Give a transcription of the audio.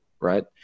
right